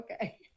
Okay